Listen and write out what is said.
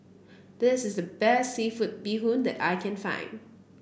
this is the best seafood Bee Hoon that I can find